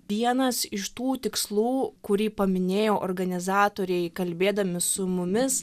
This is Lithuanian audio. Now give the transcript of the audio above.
vienas iš tų tikslų kurį paminėjo organizatoriai kalbėdami su mumis